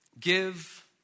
give